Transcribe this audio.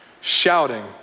shouting